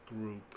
group